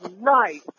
nice